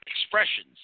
expressions